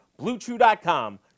BlueChew.com